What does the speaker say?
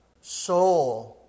Soul